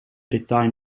detail